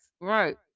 Right